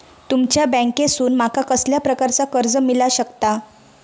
तुमच्या बँकेसून माका कसल्या प्रकारचा कर्ज मिला शकता?